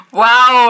wow